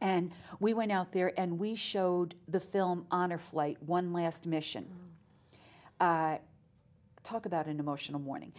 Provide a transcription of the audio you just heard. and we went out there and we showed the film on our flight one last mission talk about an emotional morning